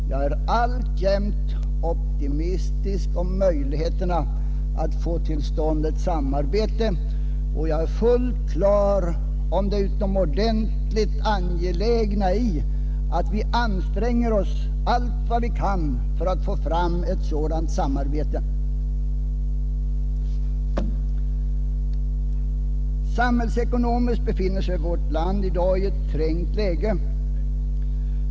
Jag är alltjämt optimistisk om möjligheterna att få till stånd ett samarbete, och jag är fullt på det klara med det utomordentligt angelägna i att vi anstränger oss allt vad vi kan för att få till stånd ett sådant samarbete. Samhällsekonomiskt befinner sig vårt land i dag i ett trängt läge.